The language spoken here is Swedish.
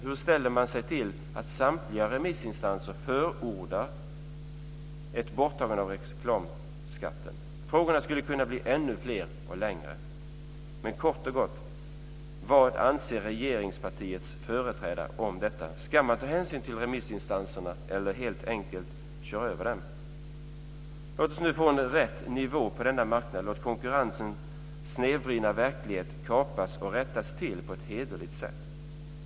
Hur ställer man sig till att samtliga remissinstanser förordar ett borttagande av reklamskatten? Frågorna skulle kunna bli ännu fler och längre, men kort och gott: Vad anser regeringspartiets företrädare om detta? Ska man ta hänsyn till remissinstanserna eller helt enkelt köra över dem? Låt oss nu få en riktig nivå på denna marknad. Låt den snedvridna konkurrensen rättas till på ett hederligt sätt.